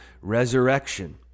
resurrection